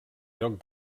lloc